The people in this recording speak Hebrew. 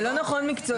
זה לא נכון מקצועית.